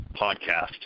podcast